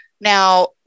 Now